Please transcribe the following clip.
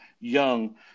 young